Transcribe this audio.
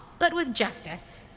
but with justice.